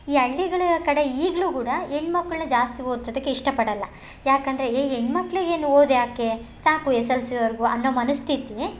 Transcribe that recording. ಈ ಹಳ್ಳಿಗಳ್ ಕಡೆ ಈಗಲು ಕೂಡ ಹೆಣ್ಮಕ್ಳುನ ಜಾಸ್ತಿ ಓದ್ಸದಿಕ್ಕೆ ಇಷ್ಟ ಪಡೊಲ್ಲ ಯಾಕೆಂದ್ರೆ ಏ ಹೆಣ್ಮಕ್ಳಿಗೇನ್ ಓದು ಯಾಕೆ ಸಾಕು ಎಸ್ ಎಲ್ ಸಿವರೆಗು ಅನ್ನೋ ಮನಸ್ಥಿತಿ